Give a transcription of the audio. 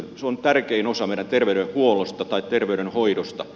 se on tärkein osa meidän terveydenhoidosta